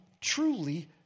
truly